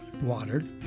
watered